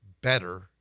better